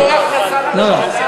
זה מקור הכנסה לממשלה.